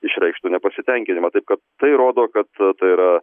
išreikštų nepasitenkinimą taip kad tai rodo kad tai yra